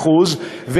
שזה 200%,